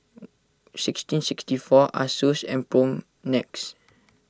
sixteen sixty four Asus and Propnex